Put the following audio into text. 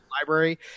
library